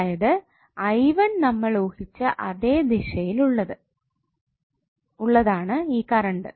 അതായത് നമ്മൾ ഊഹിച്ച അതേ ദിശയിലുള്ളതാണ് ഈ കറണ്ട്